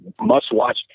must-watch